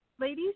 ladies